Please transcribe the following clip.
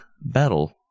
battle